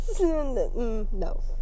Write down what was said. No